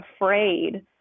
afraid